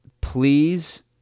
please